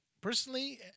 personally